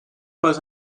pas